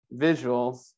visuals